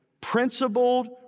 principled